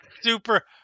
super